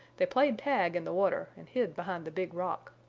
they played tag in the water and hid behind the big rock.